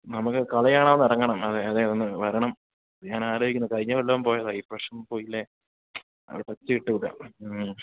നമുക്ക് കളി കാണാൻ ഒന്നിറങ്ങണം അതേ അതേ ഒന്ന് വരണം ഞാൻ ആലോചിക്കുന്നു കഴിഞ്ഞ കൊല്ലം പോയതാണ് ഈ പ്രാവശ്യം പോയില്ലെങ്കിൽ ആ ഒരു ടച്ച് കിട്ടില്ല മ്മ്